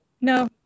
no